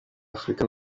afurika